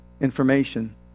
information